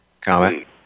comment